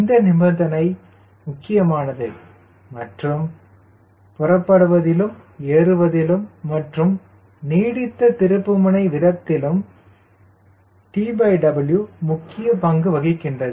இந்த நிபந்தனை முக்கியமானது மற்றும் புறப்படுவதிலும் ஏறுவதிலும் மற்றும் நீடித்த திருப்புமுனை விதத்திலும் TW முக்கிய பங்கு வகிக்கின்றது